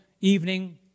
evening